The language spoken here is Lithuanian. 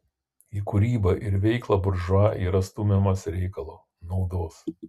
į kūrybą ir veiklą buržua yra stumiamas reikalo naudos